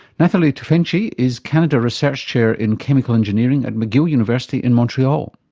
nathalie tufenkji is canada research chair in chemical engineering at mcgill university in montreal.